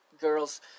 girls